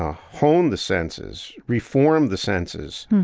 ah hone the senses, reform the senses,